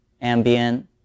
ambient